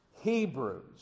Hebrews